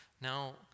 Now